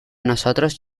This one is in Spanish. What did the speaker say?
nosotros